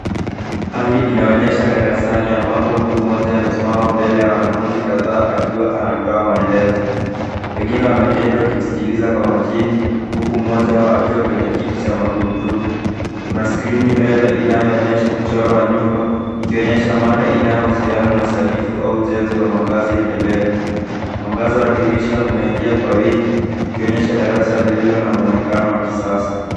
Hali inaonyesha darasani ambapo mtu mmoja amesimama mbele ya wanafunzi kadhaa akiwa anatoa maelezo. Wengine wameketi wakimsikiliza kwa makini huku mmoja wao akiwa kwenye kiti cha magurudumu. Kuna skrini mbele inayoonyesha mchoro wa nyumba, ikionyesha mada inayohusiana na usanifu au ujenzi wa makazi endelevu. Mwangaza wa dirisha unaingia kwa wingi ikionyesha darasa lililo na muonekano wa kisasa.